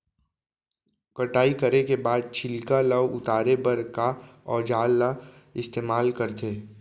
कटाई करे के बाद छिलका ल उतारे बर का औजार ल इस्तेमाल करथे?